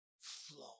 flow